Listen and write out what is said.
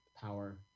power